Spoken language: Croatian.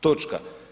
Točka.